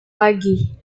lagi